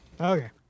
Okay